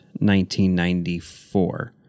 1994